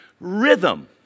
rhythm